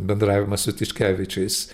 bendravimą su tiškevičiais